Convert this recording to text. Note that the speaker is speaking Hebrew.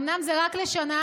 אמנם זה רק לשנה,